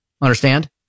Understand